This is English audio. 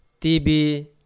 TB